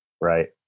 Right